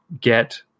get